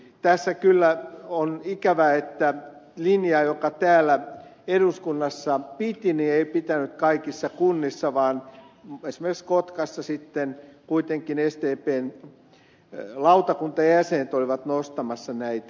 tässä kyllä on ikävää että linja joka täällä eduskunnassa piti ei pitänyt kaikissa kunnissa vaan esimerkiksi kotkassa sitten kuitenkin sdpn lautakuntajäsenet olivat nostamassa näitä maksuja